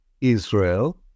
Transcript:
Israel